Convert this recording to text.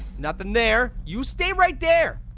nothin' there. you stay right there!